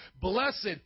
Blessed